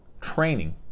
training